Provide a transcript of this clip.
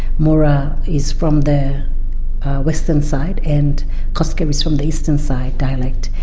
mura is from the western side and kosker is from the eastern side dialect,